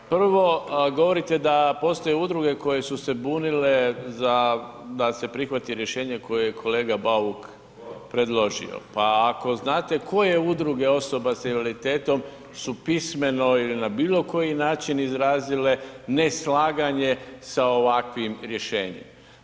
Prvo, govorite da postoje udruge koje su se bunile za da se prihvati rješenje koje je kolega Bauk predložio pa ako znate koje udruge osoba sa invaliditetom su pismeno ili na bilokoji način izrazile neslaganje s ovakvim rješenjem.